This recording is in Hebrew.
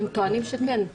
הם טוענים שכן.